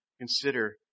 Consider